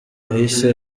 yahise